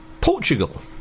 Portugal